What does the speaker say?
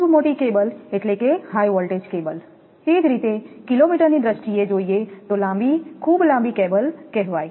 ખૂબ મોટી કેબલ એટલે કે હાઇ વોલ્ટેજ કેબલ તે જ રીતે કિલો મીટરની દ્રષ્ટિએ જોઈએ તો લાંબી ખૂબ લાંબી કેબલ કહેવાય